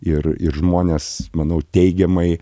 ir ir žmones manau teigiamai